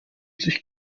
sich